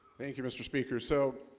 thank you mr. speaker so